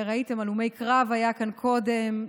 ראיתם, הלומי קרב, היה כאן קודם.